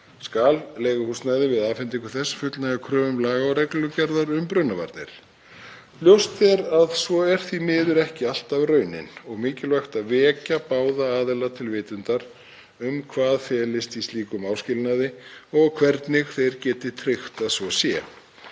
skal leiguhúsnæði við afhendingu fullnægja kröfum laga og reglugerðar um brunavarnir. Ljóst er að sú er því miður ekki alltaf raunin og mikilvægt að vekja báða aðila til vitundar um hvað felist í slíkum áskilnaði og hvernig þeir geti tryggt að svo sé.